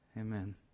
Amen